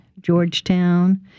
Georgetown